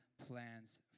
plans